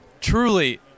Truly